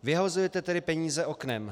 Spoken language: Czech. Vyhazujete tedy peníze oknem.